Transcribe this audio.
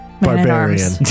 barbarian